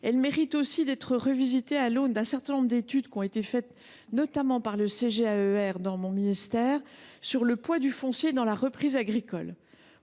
mérite aussi d’être revisitée à l’aune d’un certain nombre d’études qui ont été faites, notamment dans mon ministère par le CGAAER, sur le poids du foncier dans la reprise agricole.